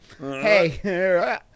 Hey